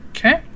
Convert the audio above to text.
Okay